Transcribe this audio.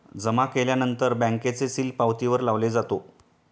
जमा केल्यानंतर बँकेचे सील पावतीवर लावले जातो